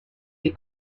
des